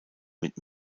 mit